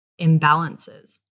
imbalances